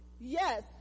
Yes